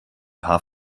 paar